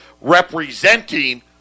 representing